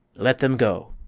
let them go!